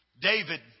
David